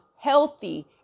healthy